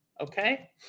Okay